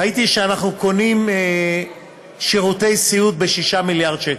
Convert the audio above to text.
ראיתי שאנחנו קונים שירותי סיעוד ב-6 מיליארד שקל.